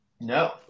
No